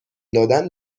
دادن